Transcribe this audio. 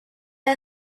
are